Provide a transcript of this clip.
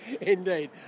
Indeed